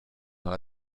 dans